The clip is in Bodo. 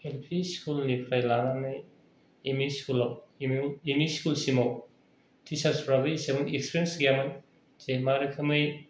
एल पि स्कुलनिफ्राय लानानै एम ई स्कुलाव एम ई स्कुलसिमाव टीचारसफ्राबो इसिबां एक्सपिरियेन्स गैया मोन जों मा रोखोमै